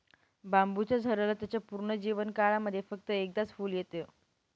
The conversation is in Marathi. बांबुच्या झाडाला त्याच्या पूर्ण जीवन काळामध्ये फक्त एकदाच फुल येत